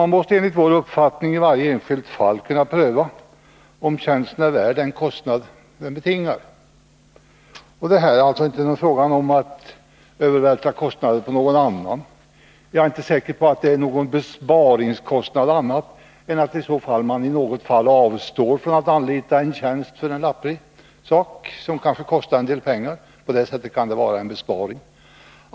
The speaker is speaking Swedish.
Man måste, enligt vår uppfattning, i varje enskilt fall kunna pröva om en tjänst är värd den kostnad den betingar. Det är alltså inte fråga om att övervältra kostnader på någon annan. Jag är inte säker på att det blir någon besparing — möjligen kan åtgärden leda till att man avstår från att ta i anspråk en tjänst, som kanske kostar en del pengar, om denna bara rör lappri.